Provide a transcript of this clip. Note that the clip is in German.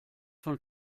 von